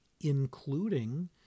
including